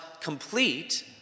complete